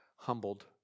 humbled